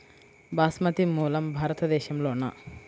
బాస్మతి మూలం భారతదేశంలోనా?